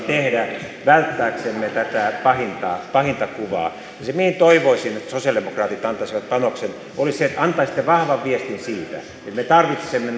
tehdä välttääksemme tätä pahinta pahinta kuvaa se mihin toivoisin että sosialidemokraatit antaisivat panoksen olisi se että antaisitte vahvan viestin siitä että me tarvitsemme